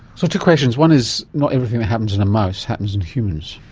so, two questions one is not everything that happens in a mouse happens in humans.